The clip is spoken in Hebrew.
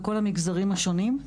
בכל המגזרים השונים.